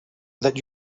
that